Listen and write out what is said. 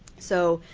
so,